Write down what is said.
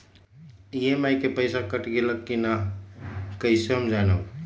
EMI के पईसा कट गेलक कि ना कइसे हम जानब?